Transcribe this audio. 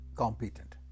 competent